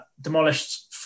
demolished